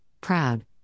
proud